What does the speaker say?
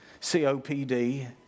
COPD